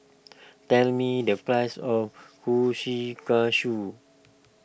tell me the price of Kushikatsu